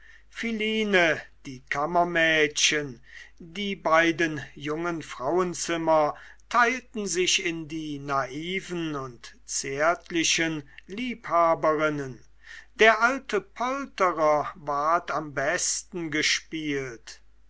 philine die kammermädchen die beiden jungen frauenzimmer teilten sich in die naiven und zärtlichen liebhaberinnen der alte polterer ward am besten gespielt